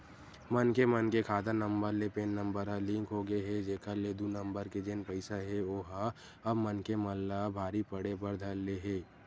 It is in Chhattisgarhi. मनखे मन के खाता नंबर ले पेन नंबर ह लिंक होगे हे जेखर ले दू नंबर के जेन पइसा हे ओहा अब मनखे मन ला भारी पड़े बर धर ले हे